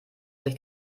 sich